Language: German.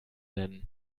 nennen